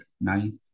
ninth